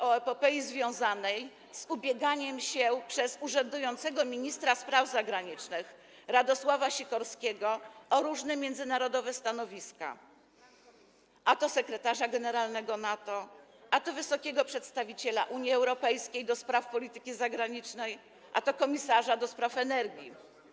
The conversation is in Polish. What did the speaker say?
o epopei związanej z ubieganiem się przez urzędującego ministra spraw zagranicznych Radosława Sikorskiego o różne międzynarodowe stanowiska, a to sekretarza generalnego NATO, a to wysokiego przedstawiciela Unii Europejskiej do spraw polityki zagranicznej, a to komisarza do spraw energii.